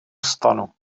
stanu